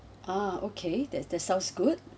ah okay that~ that sounds good